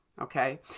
Okay